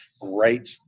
great